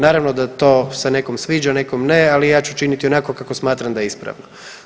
Naravno da to se nekom sviđa, nekom ne, ali ja ću činiti onako kako smatram da je ispravno.